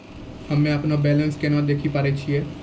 हम्मे अपनो बैलेंस केना देखे पारे छियै?